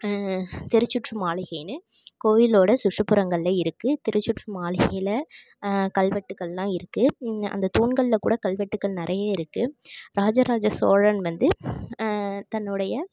திருச்சுற்று மாளிகைன்னு கோவிலோடய சுற்றுப்புறங்கள்ல இருக்குது திருச்சுற்று மாளிகையில் கல்வெட்டுக்கள்லாம் இருக்குது இன்ன அந்த தூண்களில் கூட கல்வெட்டுகள் நிறையே இருக்குது ராஜராஜ சோழன் வந்து தன்னுடைய